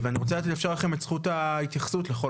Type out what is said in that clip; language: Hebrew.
אני רוצה לאפשר לכם את זכות ההתייחסות לכל